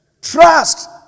Trust